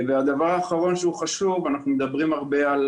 דבר חשוב אחרון, אנחנו מדברים הרבה על